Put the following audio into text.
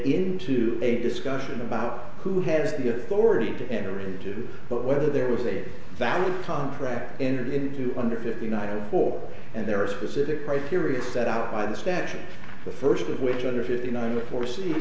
into a discussion about who has the authority to enter into but whether there was a valid contract entered into under fifty nine four and there are specific criteria set out by the statute the first of which under fifty nine the foresee